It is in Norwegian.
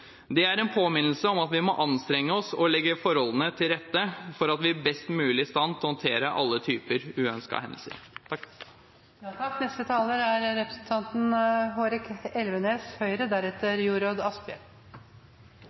Det er en påminnelse om at vi må anstrenge oss og legge forholdene til rette for at vi er best mulig i stand til å håndtere alle typer uønskede hendelser.